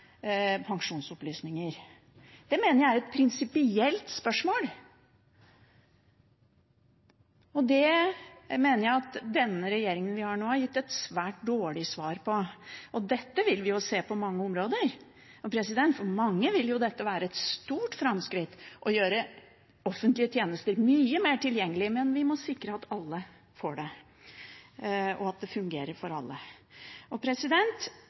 Det mener jeg er et prinsipielt spørsmål, som jeg mener at regjeringen har gitt et veldig dårlig svar på. Dette vil vi få se på mange områder. For mange vil dette være et stort framskritt og gjøre offentlige tjenester mye mer tilgjengelig, men vi må sikre oss at alle får del i det, og at det fungerer for alle. Som jeg så vidt var inne på, har ledelse også noe med holdninger og